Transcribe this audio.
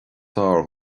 fearr